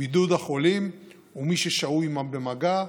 בידוד החולים ומי ששהו עימם במגע,